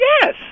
yes